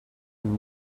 and